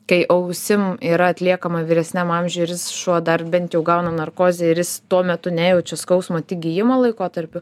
kai ausim yra atliekama vyresniam amžiuj ir jis šuo dar bent jau gauna narkozę ir jis tuo metu nejaučia skausmo tik gijimo laikotarpiu